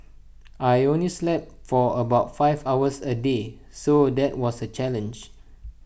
I only slept for about five hours A day so that was A challenge